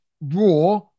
Raw